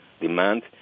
demand